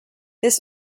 this